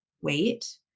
wait